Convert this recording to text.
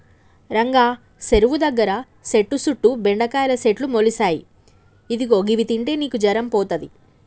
రంగా సెరువు దగ్గర సెట్టు సుట్టు బెండకాయల సెట్లు మొలిసాయి ఇదిగో గివి తింటే నీకు జరం పోతది